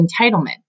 entitlement